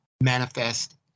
manifest